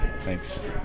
Thanks